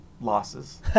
losses